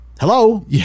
Hello